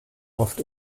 oft